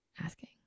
asking